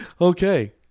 Okay